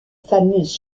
fameuse